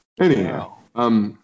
Anyhow